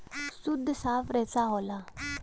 सुद्ध साफ रेसा होला